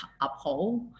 uphold